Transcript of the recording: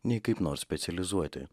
nei kaip nors specializuoti